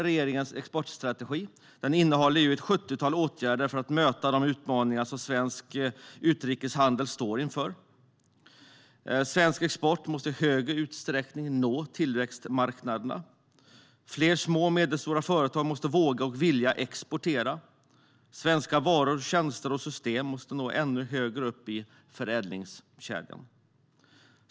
Regeringens exportstrategi innehåller ett sjuttiotal åtgärder för att möta de utmaningar som svensk utrikeshandel står inför. Svensk export måste i högre utsträckning nå tillväxtmarknaderna. Fler små och medelstora företag måste våga och vilja exportera. Svenska varor, tjänster och system måste nå ännu högre upp i förädlingskedjan.